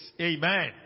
Amen